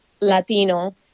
Latino